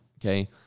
Okay